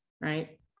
right